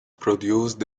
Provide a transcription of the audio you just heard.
produced